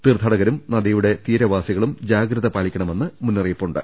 തീർത്ഥാടകരും നദിയുടെ തീരവാസികളും ജാഗ്രത പാലിക്കണമെന്ന് മുന്നറിയിപ്പുണ്ട്